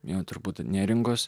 jo turbūt neringos